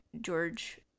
George